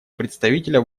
представителя